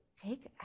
take